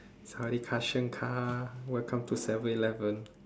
sawasdeekha chankha welcome to seven eleven